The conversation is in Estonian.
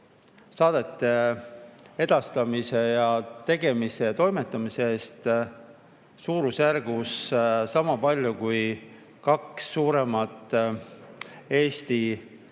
saadete edastamise ja tegemise ja toimetamise eest suurusjärgus sama palju, kui kaks suuremat Eesti